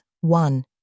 one